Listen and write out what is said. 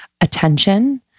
attention